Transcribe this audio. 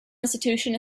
institution